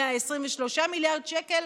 ל-123 מיליארד שקל,